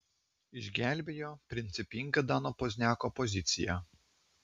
išgelbėjo principinga dano pozniako pozicija